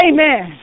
Amen